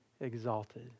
exalted